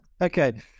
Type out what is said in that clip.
Okay